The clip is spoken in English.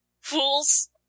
fools